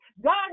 God